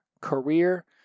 career